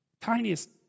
tiniest